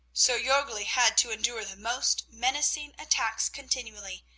so jorgli had to endure the most menacing attacks continually,